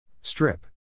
Strip